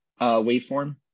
waveform